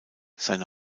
seine